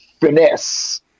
Finesse